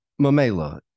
Mamela